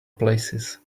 places